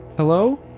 Hello